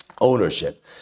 ownership